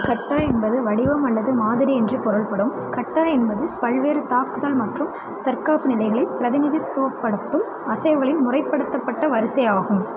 கட்டா என்பது வடிவம் அல்லது மாதிரி என்று பொருள்படும் கட்டா என்பது பல்வேறு தாக்குதல் மற்றும் தற்காப்பு நிலைகளைப் பிரதிநிதித்துவப்படுத்தும் அசைவுகளின் முறைப்படுத்தப்பட்ட வரிசை ஆகும்